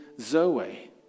zoe